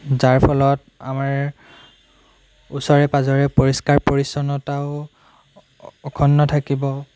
যাৰ ফলত আমাৰ ওচৰে পাঁজৰে পৰিষ্কাৰ পৰিচ্ছন্নতাও অখুন্ন থাকিব